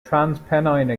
transpennine